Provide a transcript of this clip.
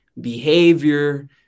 behavior